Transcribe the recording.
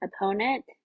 opponent